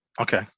Okay